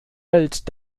welt